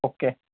okay